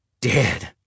dead